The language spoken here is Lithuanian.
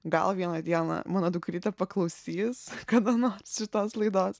gal vieną dieną mano dukrytė paklausys kada nors šitos laidos